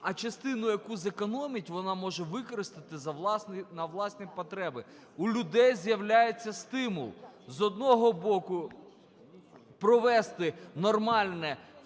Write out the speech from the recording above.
а частину, яку зекономить, вона може використати на власні потреби. У людей з'являється стимул, з одного боку, провести нормальне